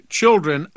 children